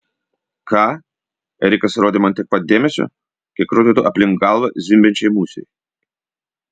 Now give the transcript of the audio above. ką erikas rodė man tiek pat dėmesio kiek rodytų aplink galvą zvimbiančiai musei